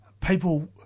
people